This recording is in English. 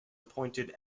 appointed